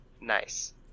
Nice